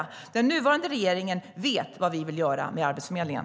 Vi i den nuvarande regeringen vet vad vi vill göra med Arbetsförmedlingen.